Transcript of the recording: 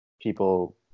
people